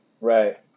Right